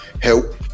help